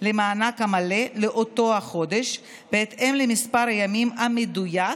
למענק המלא לאותו החודש בהתאם למספר הימים המדויק